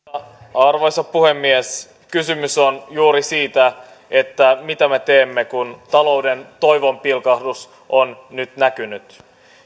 arvoisa puhemies kysymys on juuri siitä mitä me teemme kun talouden toivonpilkahdus on nyt näkynyt